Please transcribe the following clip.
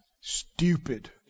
Stupid